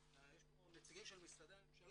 יש פה נציגים של משרדי הממשלה,